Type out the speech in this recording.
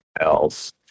else